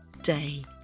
day